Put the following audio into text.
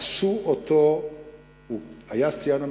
עשו אותו שיאן המשכורת,